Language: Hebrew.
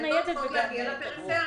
שניידות צריכות להגיע לפריפריה,